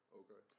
okay